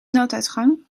nooduitgang